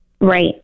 Right